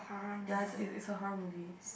ya is is a horror movie